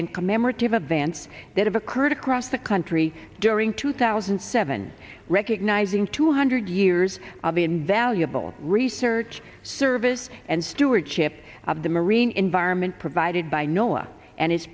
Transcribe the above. and commemorative events that occurred across the country during two thousand and seven recognizing two hundred years of the invaluable research service and stewardship of the marine environment provided by noah and his